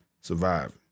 surviving